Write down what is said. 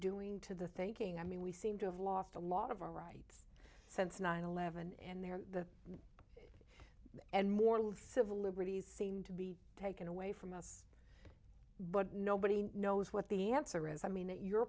doing to the thinking i mean we seem to have lost a lot of our rights since nine eleven and there and more of the civil liberties seem to be taken away from us but nobody knows what the answer is i mean that you're